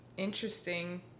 interesting